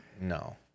No